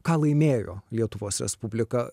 ką laimėjo lietuvos respublika